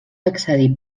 accedir